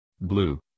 Blue